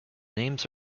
names